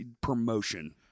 promotion